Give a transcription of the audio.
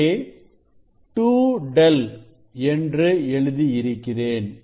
இங்கே 2ẟ என்று எழுதி இருக்கிறேன்